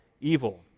evil